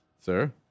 Sir